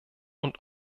und